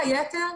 וכל היתר,